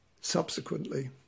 subsequently